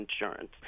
insurance